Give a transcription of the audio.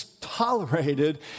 tolerated